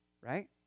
Right